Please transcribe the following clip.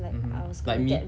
mmhmm like me